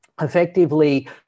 effectively